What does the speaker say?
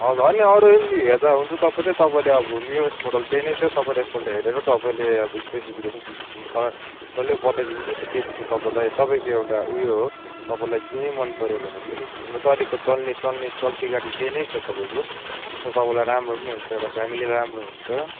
हजुर होइन अरू यदि हेर्दा हुन्छ तपाईँले तपाईँले अब न्युवेस्ट मोडल त्यही नै छ तपाईँले एकपल्ट हेरेर अब स्पेसिफिकेसन फिचर्स म तपाईँलाई डल्लै बताइदिन्छु त्यो केबी चाहिँ तपाईँलाई तपाईँकै एउटा उयो हो तपाईँलाई जुनै मनपर्यो भने पनि हुनु त अहिलेको चल्ने चल्ने चल्ती गाडी त्यही नै छ तपाईँको त्यसमा तपाईँलाई राम्रो पनि हुन्छ एउटा फ्यामिलीलाई राम्रो हुन्छ